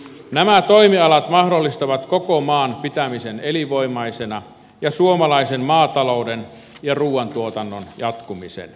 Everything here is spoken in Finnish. nämä toimialat mahdollistavat koko maan pitämisen elinvoimaisena ja suomalaisen maatalouden ja ruoantuotannon jatkumisen